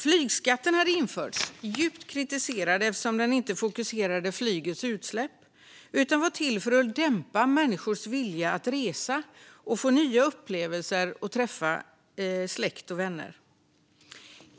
Flygskatten har införts, djupt kritiserad eftersom den inte fokuserade på flygets utsläpp utan var till för att dämpa människors vilja att resa och få nya upplevelser och träffa släkt och vänner.